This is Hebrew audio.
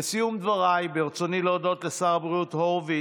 לסיום דבריי, ברצוני להודות לשר הבריאות הורוביץ,